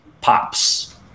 pops